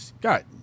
Got